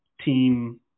team